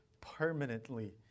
permanently